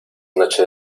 noche